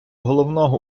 головного